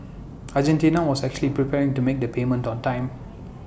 Argentina was actually preparing to make the payment on time